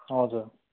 हजुर